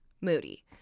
moody